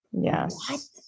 Yes